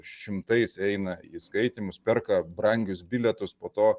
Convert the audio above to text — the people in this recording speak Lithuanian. šimtais eina į skaitymus perka brangius bilietus po to